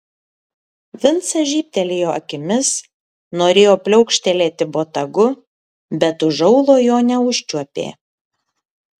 vincas žybtelėjo akimis norėjo pliaukštelėti botagu bet už aulo jo neužčiuopė